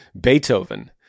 Beethoven